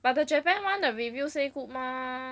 but the japan one the review say good mah